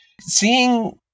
seeing